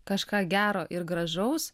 kažką gero ir gražaus